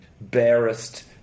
barest